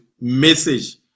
message